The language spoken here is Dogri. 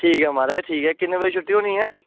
ठीक ऐ म्हाराज ठीक ऐ किन्ने बजे छुट्टी होनी ऐ